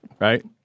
Right